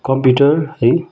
computer है